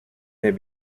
may